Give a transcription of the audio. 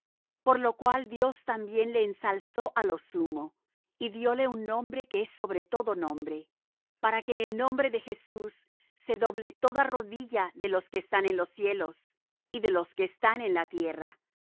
por lo cual dios también le ensalzó á lo sumo y dióle un nombre que es sobre todo nombre para que en el nombre de jesús se doble toda rodilla de los que están en los cielos y de los que en la tierra